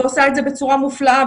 ועושה את זה בצורה מופלאה.